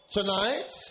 Tonight